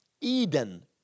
Eden